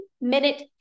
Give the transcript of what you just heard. minute